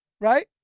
right